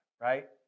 right